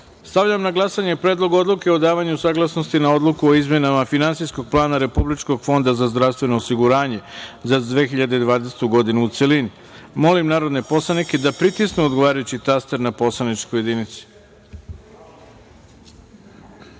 odluke. Stavljam na glasanje Predlog odluke o davanju saglasnosti na Odluku o izmenama Finansijskog plana Republičkog fonda za zdravstveno osiguranje za 2020. godinu, u celini. Molim narodne poslanike da pritisnu odgovarajući taster na poslaničkoj